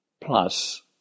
plus